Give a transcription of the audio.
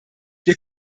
wir